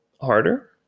harder